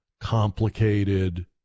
complicated